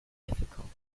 difficult